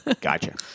Gotcha